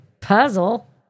puzzle